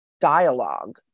dialogue